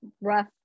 rough